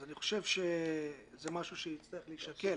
אז אני חושב שזה משהו שיצטרך להישקל.